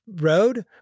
road